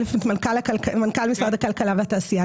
א', את מנכ"ל משרד הכלכלה והתעשייה.